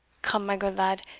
come, my good lad,